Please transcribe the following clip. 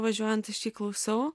važiuojant aš jį klausiau